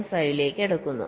5 ലേക്ക് അടുക്കുന്നു